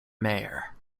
mayor